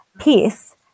peace